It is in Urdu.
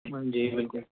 جی بالکل